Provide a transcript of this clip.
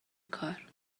کار